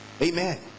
Amen